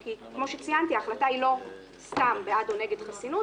כי כמו שציינתי ההחלטה היא לא סתם בעד או נגד חסינות,